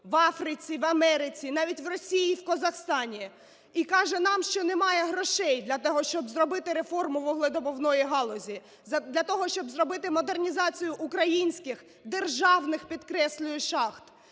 в Африці, в Америці, навіть в Росії і в Казахстані, - і каже нам, що немає грошей для того, щоб зробити реформу вугледобувної галузі, для того, щоб зробити модернізацію українських державних, підкреслюю, шахт.